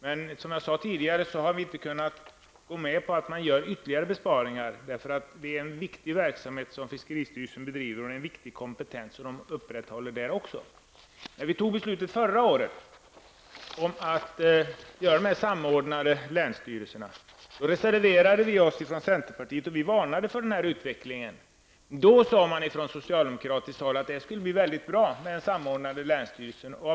Men som jag sade har vi inte kunnat gå med på att göra ytterligare besparingar, eftersom det är en viktig verksamhet som fiskeristyrelsen bedriver och en viktig kompetens som upprätthålls där också. När vi fattade beslutet förra året om en samordnad handläggning i länsstyrelserna reserverade vi oss från centern. Vi varnade för denna utveckling. Men då sade man från socialdemokratiskt håll att det skulle bli väldigt bra med en samordning i länsstyrelserna.